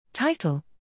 Title